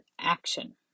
action